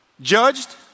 judged